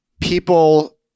people